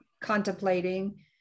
contemplating